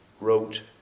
wrote